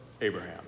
Abraham